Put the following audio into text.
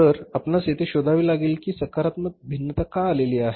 तर आपणास येथे शोधावे लागेल कि सकारात्मक भिन्नता का आलेली आहे